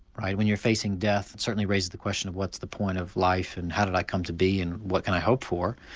when you're facing death it certainly raises the question of what's the point of life, and how did i come to be, and what can i hope for.